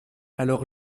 alors